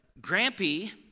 Grampy